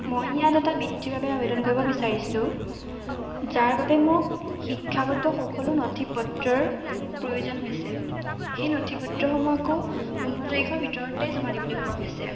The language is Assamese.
মই ইয়াত এটা বৃত্তিৰ বাবে আৱেদন কৰিব বিচাৰিছোঁ যাৰ বাবে মোক শিক্ষাগত সকলো নথি পত্ৰৰ প্ৰয়োজন হৈছে সেই নথি পত্ৰসমূহ আকৌ পোন্ধৰ তাৰিখৰ ভিতৰতে জমা দিবলৈ কোৱা হৈছে